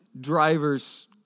drivers